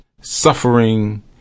suffering